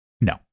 No